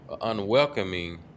unwelcoming